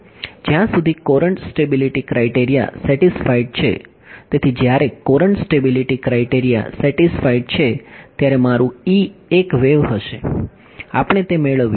જ્યાં સુધી current stability criteria satisfied છે તેથી જ્યારે કોરંટ સ્ટેબિલિટી ક્રાઇટેરિયા સેટિસ્ફાઈડ છે ત્યારે મારૂ E એક વેવ હશે આપણે તે મેળવ્યું